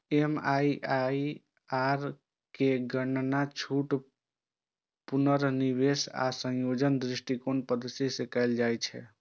MIRR केर गणना छूट, पुनर्निवेश आ संयोजन दृष्टिकोणक पद्धति सं कैल जाइ छै